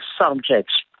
subjects